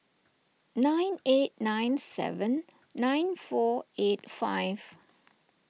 nine eight nine seven nine four eight five